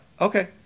okay